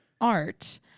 art